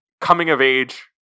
coming-of-age